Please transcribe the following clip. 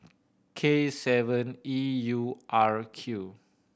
K seven E U R Q